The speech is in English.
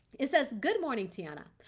it says, good morning, tiana.